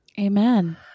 Amen